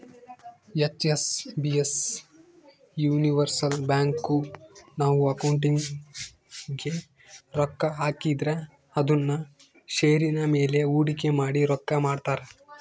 HSBC universal bank, ನಾವು ಅಕೌಂಟಿಗೆ ರೊಕ್ಕ ಹಾಕಿದ್ರ ಅದುನ್ನ ಷೇರಿನ ಮೇಲೆ ಹೂಡಿಕೆ ಮಾಡಿ ರೊಕ್ಕ ಮಾಡ್ತಾರ